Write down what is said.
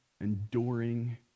enduring